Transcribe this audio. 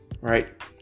right